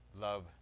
love